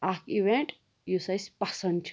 اَکھ اِویٚنٛٹ یُس اسہِ پَسنٛد چھُ